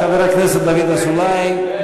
חבר הכנסת דוד אזולאי,